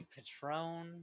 Patron